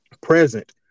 present